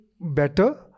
better